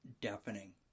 deafening